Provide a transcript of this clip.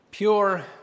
Pure